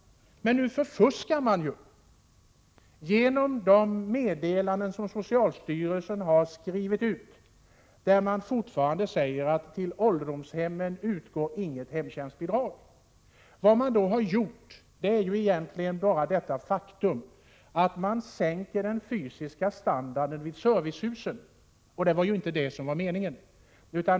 Men nu förfuskas idén. I de meddelanden som socialstyrelsen ger ut säger man att inget hemtjänstbidrag utgår till ålderdomshemmen. Vad man faktiskt gör är att man sänker standarden vid servicehusen, och det var ju inte meningen.